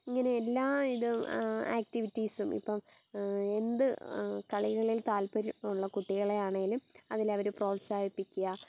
ഇങ്ങനെയെല്ലാം ഇതും ആക്ടിവിറ്റീസും ഇപ്പം എന്ത് കളികളിൽ താല്പര്യമുള്ള കുട്ടികളെയാണേലും അതിലവർ പ്രോത്സാഹിപ്പിക്കുക